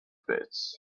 pits